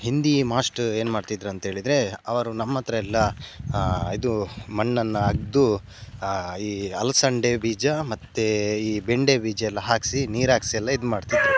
Hindi master ಏನ್ಮಾಡ್ತಿದ್ರು ಅಂತ ಹೇಳಿದ್ರೆ ಅವರು ನಮ್ಮ ಹತ್ರ ಎಲ್ಲ ಇದು ಮಣ್ಣನ್ನು ಅಗೆದು ಈ ಅಲಸಂದೆ ಬೀಜ ಮತ್ತೆ ಈ ಬೆಂಡೆ ಬೀಜ ಎಲ್ಲ ಹಾಕಿಸಿ ನೀರು ಹಾಕಿಸಿ ಎಲ್ಲ ಇದು ಮಾಡ್ತಿದ್ದರು